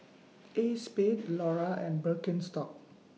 ACEXSPADE Iora and Birkenstock